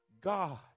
God